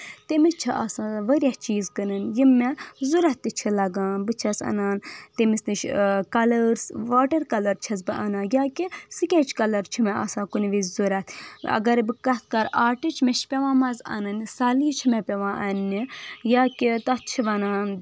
تٔمِس چھِ آسان وریاہ چیٖز کٔننۍ یِم مےٚ ضرورَت چھِ لگان بہٕ چھَس اَنان تٔمِس نِش کَلٔرٕس واٹر کَلر چھَس بہٕ اَنان یا کہِ سِکیٚچ کَلر چھِ مےٚ آسان کُنہِ وِزِ ضرورَت اَگرے بہٕ کَتھ کَرٕ آٹِچ مےٚ چھ پیٚوان منٛزٕی اَنٕنۍ سارنی چھ مےٚ پیٚوان اَننہِ یا کہِ تَتھ چھ وَنان